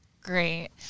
Great